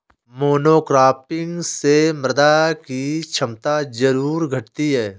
monocropping से मृदा की क्षमता जरूर घटती है